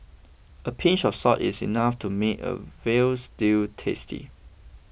a pinch of salt is enough to make a Veal Stew tasty